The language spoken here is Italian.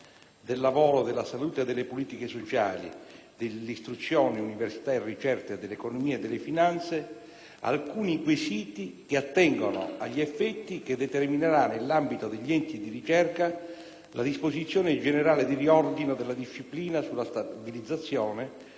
del lavoro, della salute e delle politiche sociali, dell'istruzione, dell'università e della ricerca e dell'economia e delle finanze, alcuni quesiti che attengono agli effetti che determinerà nell'ambito degli enti di ricerca la disposizione generale di riordino della disciplina sulla stabilizzazione,